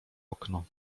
okno